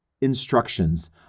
instructions